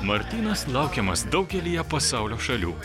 martynas laukiamas daugelyje pasaulio šalių